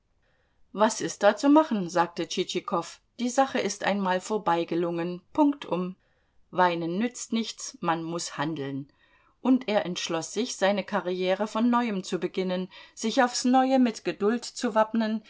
was ist da zu machen sagte tschitschikow die sache ist einmal vorbeigelungen punktum weinen nützt nichts man muß handeln und er entschloß sich seine karriere von neuem zu beginnen sich aufs neue mit geduld zu wappnen